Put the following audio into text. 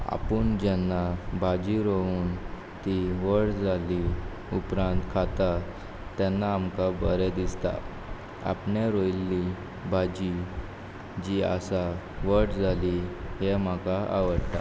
आपूण जेन्ना भाजी रोवन ती व्हड जाली उपरांत खाता तेन्ना आमकां बरें दिसता आपणें रोयल्ली भाजी जी आसा व्हड जाली हें म्हाका आवडटा